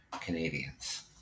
Canadians